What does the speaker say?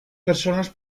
personas